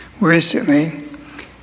recently